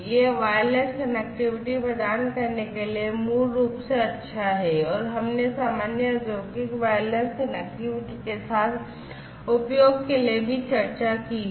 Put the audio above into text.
यह wireless connectivity प्रदान करने के लिए मूल रूप से अच्छा है और हमने सामान्य औद्योगिक वायरलेस कनेक्टिविटी के साथ उपयोग के लिए भी चर्चा की है